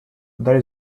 there